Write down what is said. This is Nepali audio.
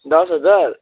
दस हजार